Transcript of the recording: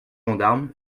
gendarme